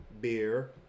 Beer